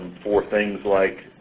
for things like